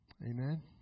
Amen